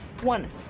one